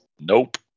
Nope